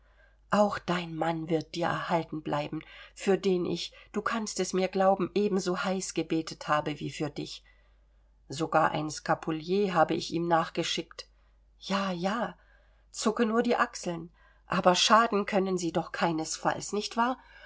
auch dein mann wird dir erhalten bleiben für den ich du kannst es mir glauben ebenso heiß gebetet habe wie für dich sogar ein skapulier habe ich ihm nachgeschickt ja ja zucke nur die achseln aber schaden können sie doch keinesfalls nicht wahr